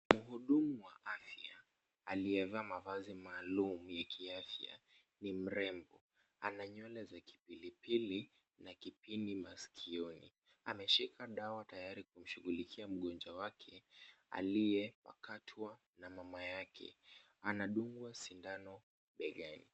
Mhudumu wa afya alieyvaa mavazi maalum ya kiafya, ni mrembo. Ana nywele za kipilipili na kipini maskioni. Ameshika dawa tayari kumshugulikia mgonjwa wake aliyepakatwa na mama yake. Anadungwa sindano begani.